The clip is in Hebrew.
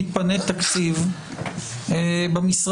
מתפנה תקציב במשרדים.